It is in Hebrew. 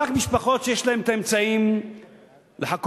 רק משפחות שיש להן האמצעים לחכות,